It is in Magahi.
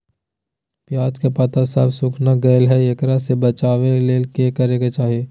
प्याज के पत्ता सब सुखना गेलै हैं, एकरा से बचाबे ले की करेके चाही?